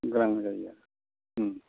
गोनां जायो आरो